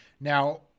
Now